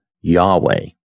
Yahweh